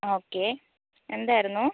okay എന്തായിരുന്നു